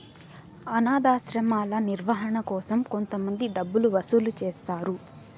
అనాధాశ్రమాల నిర్వహణ కోసం కొంతమంది డబ్బులు వసూలు చేస్తారు